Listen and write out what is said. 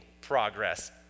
progress